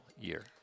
year